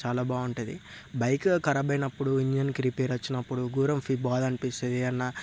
చాలా బాగుంటది బైక్ ఖరాబ్ అయినప్పుడు ఇంజిన్కి రిపేర్ వచ్చినప్పుడు గోరం ఫీల్ బాగా అనిపిస్తది అన్న